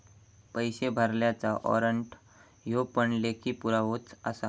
पैशे भरलल्याचा वाॅरंट ह्यो पण लेखी पुरावोच आसा